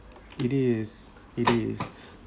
it is it is